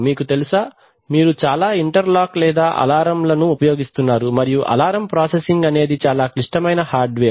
మీకు తెలుసా మీరు చాలా ఇంటర్లాక్ లేదా అలారం లను ఉపయోగిస్తున్నారు మరియు అలారం ప్రాసెసింగ్ అనేది చాలా క్లిష్టమైన హార్డ్వేర్